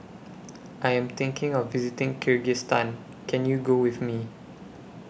I Am thinking of visiting Kyrgyzstan Can YOU Go with Me